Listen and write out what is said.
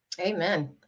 Amen